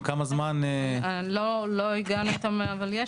חשוב להבין שהסעיף הזה היום כן קבוע בחקיקה והוא מקנה סמכות